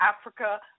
Africa